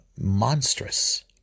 monstrous